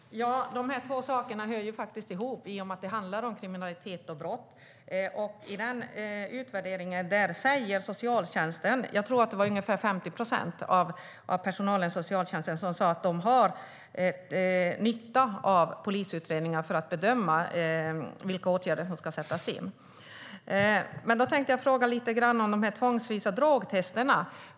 Herr talman! De här två sakerna hör ihop i och med att det handlar om kriminalitet och brott. I utvärderingen säger ungefär 50 procent av personalen i socialtjänsten att de har nytta av polisutredningar när de ska bedöma vilka åtgärder som ska sättas in. Jag tänkte fråga lite grann om de tvångsvisa drogtesterna.